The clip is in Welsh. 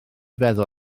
feddwl